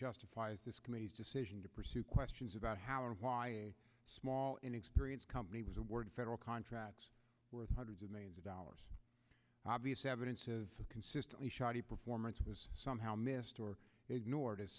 committee's decision to pursue questions about how and why a small inexperienced company was awarded federal contracts worth hundreds of millions of dollars obvious evidence of consistently shoddy performance was somehow missed or ignored as